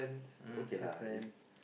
uh happen